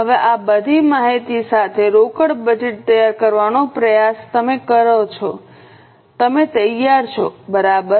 હવે આ બધી માહિતી સાથે રોકડ બજેટ તૈયાર કરવાનો પ્રયાસ કરો તમે તૈયાર છો બરાબર